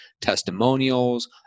testimonials